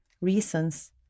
reasons